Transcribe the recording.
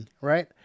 right